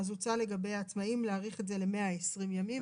הוצע לגבי העצמאים להאריך את זה ל-120 ימים,